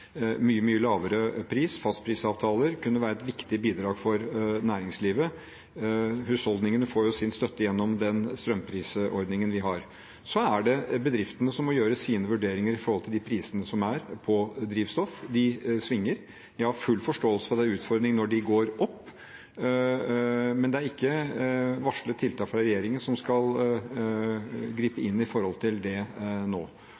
mye, mye lavere pris, fastprisavtaler, kunne være et viktig bidrag for næringslivet. Husholdningene får sin støtte gjennom den strømprisordningen vi har. Så er det bedriftene som må gjøre sine vurderinger i forhold til prisene på drivstoff, som svinger. Jeg har full forståelse for at det er utfordringer når de går opp, men det er ikke varslet tiltak fra regjeringen som skal gripe inn i det nå.